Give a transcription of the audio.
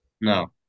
No